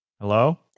Hello